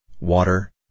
water